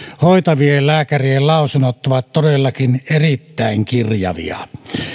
hoitavien lääkärien lausunnot ovat todellakin erittäin kirjavia